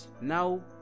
now